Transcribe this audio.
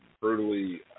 brutally